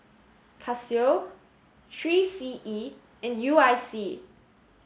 Casio three C E and U I C